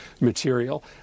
material